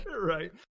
right